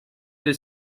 les